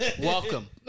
Welcome